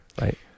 right